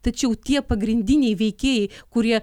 tačiau tie pagrindiniai veikėjai kurie